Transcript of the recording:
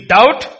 Doubt